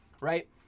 Right